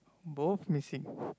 both missing